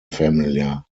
familiar